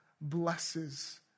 blesses